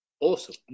Awesome